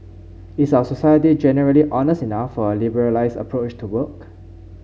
is our society generally honest enough for a liberalised approach to work